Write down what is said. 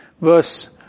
Verse